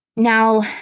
Now